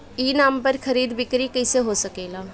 ई नाम पर खरीद बिक्री कैसे हो सकेला?